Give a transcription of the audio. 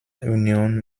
union